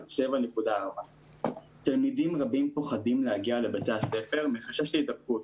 ואצל בנות 7.4%. תלמידים רבים פוחדים להגיע לבתי הספר מחשש להידבקות.